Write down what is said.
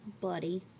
Buddy